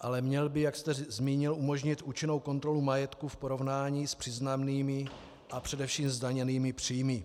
ale měl by, jak jste zmínil, umožnit účinnou kontrolu majetku v porovnání s přiznanými a především zdaněnými příjmy.